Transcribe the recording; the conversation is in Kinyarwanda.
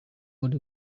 uri